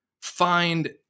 find